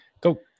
go